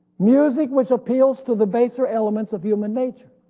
music which appeals to the baser elements of human nature.